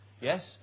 Yes